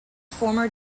former